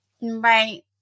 Right